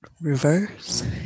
Reverse